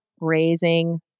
raising